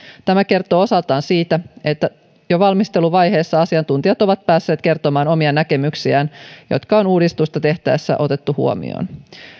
tämä kertoo osaltaan siitä että jo valmisteluvaiheessa asiantuntijat ovat päässeet kertomaan omia näkemyksiään jotka on uudistusta tehtäessä otettu huomioon